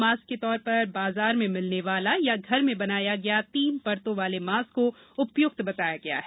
mask के तौर पर बाजार में मिलने वाला या घर में बनाया गया तीन परतों वाले मास्क को उपयुक्त बताया गया है